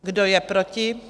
Kdo je proti?